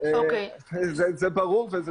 זה ברור.